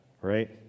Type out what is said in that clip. right